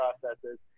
processes